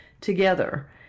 together